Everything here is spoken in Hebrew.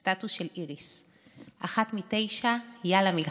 סטטוס, של איריס: אחת מתשע, יאללה, מלחמה.